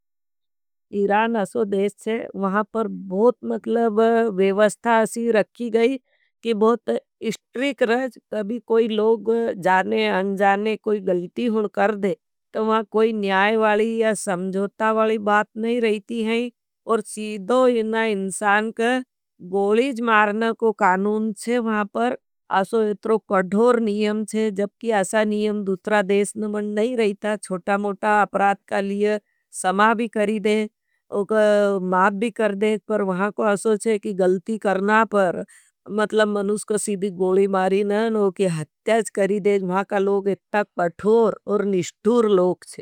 इरान अशो देश है, वहाँ बहुत मतलब वेवस्ता अशी रखी गई। कि बहुत इस्ट्रिक रज, कभी कोई लोग जाने अंजाने कोई गलती हुण कर दे। तो वहाँ कोई न्याय वाली या समझोता वाली बात नहीं रही थी है। और सीदो इनना इनसान को गोली ज मारना को कानून छे। वहाँ पर अशो इतनो कठोर नियम छे, जबकि अशा नियम दुसरा देश नहीं रही था। छोटा मोटा अपराद का लिये समा भी करी दे, माप भी कर दे पर वहाँ को अशो छे। कि गलती करना पर, मतलब मनूस को सीदि गोली मारी नहीं हो कि हत्याज करी देज वहाँ का लोग इतना कठोर और निष्ठूर लोग छे।